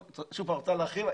שוב, אתה רוצה להרחיב?